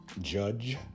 Judge